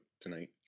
tonight